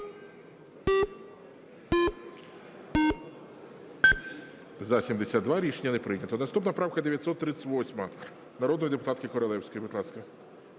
За-54 Рішення не прийнято. Наступна правка 2054, народна депутатка Королевська. Будь ласка.